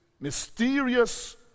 mysterious